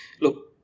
look